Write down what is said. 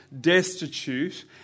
destitute